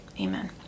Amen